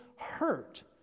hurt